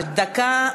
דקה,